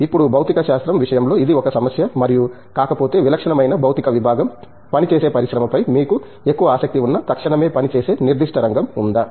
ఇప్పుడు భౌతికశాస్త్రం విషయంలో ఇది ఒక సమస్య మరియు కాకపోతే విలక్షణమైన భౌతిక విభాగం పనిచేసే పరిశ్రమపై మీకు ఎక్కువ ఆసక్తి ఉన్న తక్షణమే పని చేసే నిర్దిష్ట రంగం ఉందా